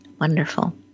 Wonderful